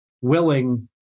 willing